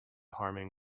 harming